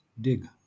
dig